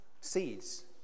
seeds